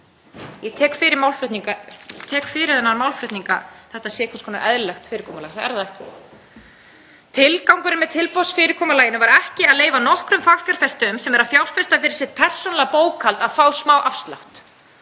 Ég frábið mér þann málflutning að þetta sé einhvers konar eðlilegt fyrirkomulag. Það er það ekki. Tilgangurinn með tilboðsfyrirkomulaginu var ekki að leyfa nokkrum fagfjárfestum sem eru að fjárfesta fyrir sitt persónulega bókhald að fá smá afslátt.